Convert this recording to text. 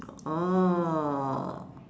oh